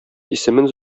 исемен